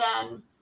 again